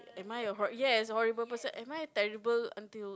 am I a hor~ yes a horrible person am I terrible until